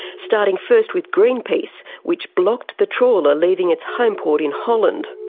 starting first with greenpeace, which blocked the trawler leaving its home port in holland.